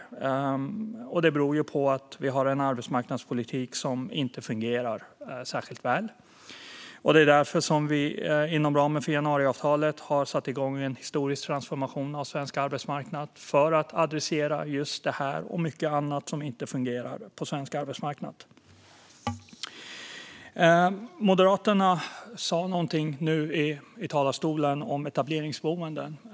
Det beror på att arbetsmarknadspolitiken inte fungerar särskilt väl. Det är därför som vi inom ramen för januariavtalet har satt igång en historisk transformation av svensk arbetsmarknad för att adressera just den här frågan och mycket annat som inte fungerar på svensk arbetsmarknad. Moderaternas representant sa något om etableringsboenden.